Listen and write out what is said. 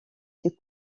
ses